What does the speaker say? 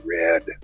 red